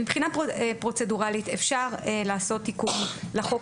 מבחינה פרוצדורלית אפשר לעשות תיקון לחוק